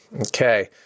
Okay